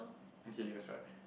okay that's right